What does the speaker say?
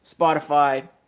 Spotify